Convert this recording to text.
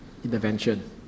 intervention